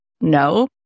No